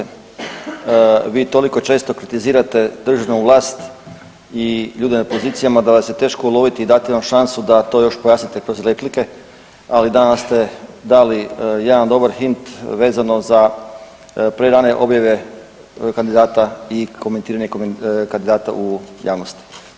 Poštovana zastupnice, vi toliko često kritizirate državnu vlast i ljude na pozicijama da vas je teško uloviti i dati vam šansu da to još pojasnite kroz replike, ali danas ste dali jedan dobar hint vezano za prerane objave kandidata i komentiranje kandidata u javnosti.